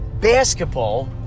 basketball